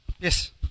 Yes